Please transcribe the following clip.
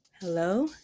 Hello